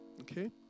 okay